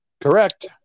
Correct